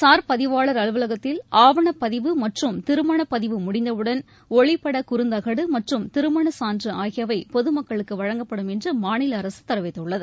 sir பதிவாளர் அலுவலகத்தில் ஆவணப்பதிவு மற்றும் திருமணப் பதிவு முடிந்தவுடன் ஒளிப்பட குறந்தகடு மற்றும் திருமளச் சான்று ஆகியவை பொதுமக்களுக்கு வழங்கப்படும் என்று மாநில அரசு தெரிவித்துள்ளது